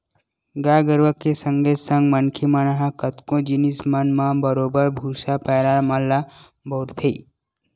गाय गरुवा के संगे संग मनखे मन ह कतको जिनिस मन म बरोबर भुसा, पैरा मन ल बउरथे